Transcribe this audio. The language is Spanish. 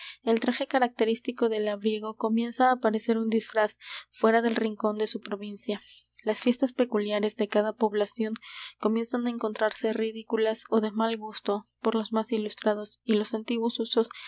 el traje característico del labriego comienza á parecer un disfraz fuera del rincón de su provincia las fiestas peculiares de cada población comienzan á encontrarse ridículas ó de mal gusto por los más ilustrados y los antiguos usos